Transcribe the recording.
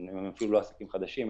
הן אפילו לא מעסקים חדשים,